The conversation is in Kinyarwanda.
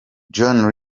john